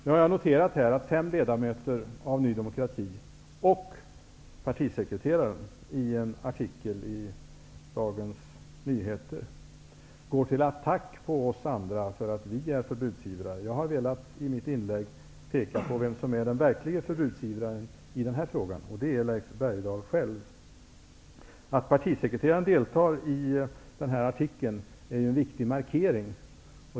Jag har noterat att fem ledamöter från Ny demokrati och partisekreteraren i en artikel i Dagens Nyheter går till attack på oss andra därför att vi är förbudsivrare. Jag har i mitt inlägg velat peka på vem som är den verkliga förbudsivraren i denna fråga. Det är Leif Bergdahl själv. Att partisekreteraren deltar i denna artikel är en viktig markering.